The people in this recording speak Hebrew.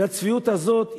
והצביעות הזאת,